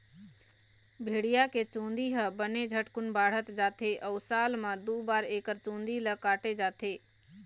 भेड़िया के चूंदी ह बने झटकुन बाढ़त जाथे अउ साल म दू बार एकर चूंदी ल काटे जाथे